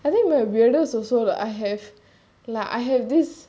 I think my weirdest also like I have like I have this